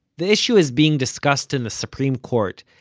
the issue is being discussed in the supreme court,